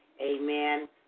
Amen